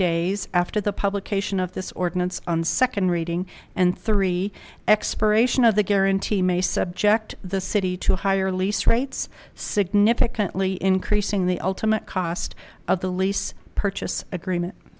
days after the publication of this ordinance on second reading and three expiration of the guarantee may subject the city to higher lease rates significantly increasing the ultimate cost of the lease purchase agreement